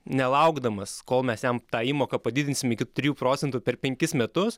nelaukdamas kol mes jam tą įmoką padidinsim iki trijų procentų per penkis metus